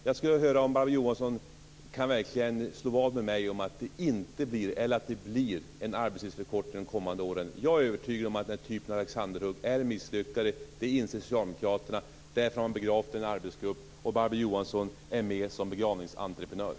Jag skulle vilja höra om Barbro Johansson kan slå vad med mig om att det inte blir, eller att det blir en arbetstidsförkortning de kommande åren. Jag är övertygad om att den typen av alexanderhugg är misslyckade. Det inser socialdemokraterna. Därför har de begravt frågan i en arbetsgrupp, och Barbro